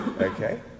okay